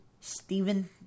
Steven